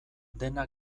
dena